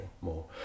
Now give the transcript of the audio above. more